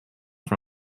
from